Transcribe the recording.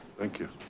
thank you.